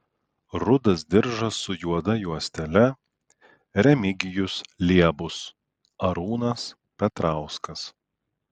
rudas diržas su juoda juostele remigijus liebus arūnas petrauskas